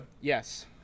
Yes